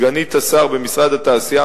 סגנית השר במשרד התעשייה,